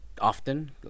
often